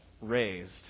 raised